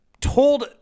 told